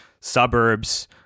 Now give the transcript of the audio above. suburbs